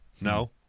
No